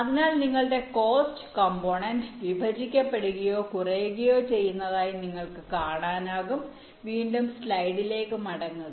അതിനാൽ നിങ്ങളുടെ cost component വിഭജിക്കപ്പെടുകയോ കുറയുകയോ ചെയ്യുന്നതായി നിങ്ങൾക്ക് കാണാനാകും വീണ്ടും സ്ലൈഡിലേക്ക് മടങ്ങുക